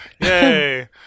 Yay